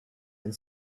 and